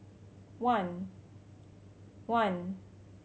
one one